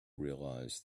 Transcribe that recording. realise